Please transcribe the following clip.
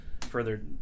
further